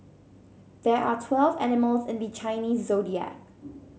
there are twelve animals in the Chinese Zodiac